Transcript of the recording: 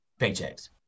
paychecks